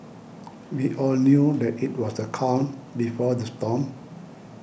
we all knew that it was the calm before the storm